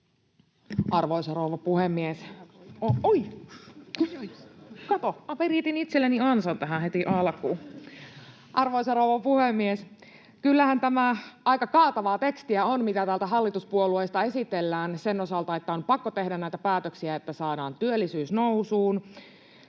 talousarvioksi vuodelle 2025 Time: 11:10 Content: Arvoisa rouva puhemies! Kyllähän tämä aika kaatavaa tekstiä on, mitä täältä hallituspuolueista esitellään sen osalta, että on pakko tehdä näitä päätöksiä, että saadaan työllisyys nousuun,